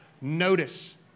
notice